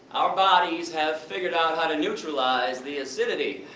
our bodies have figured out how to neutralize the acidity.